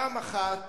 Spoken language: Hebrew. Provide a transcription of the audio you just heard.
פעם אחת